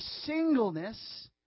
singleness